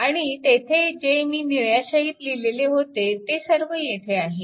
आणि तेथे जे मी निळ्या शाईने लिहिलेले होते ते सर्व येथे आहे